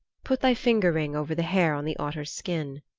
put thy fingerring over the hair on the otter's skin.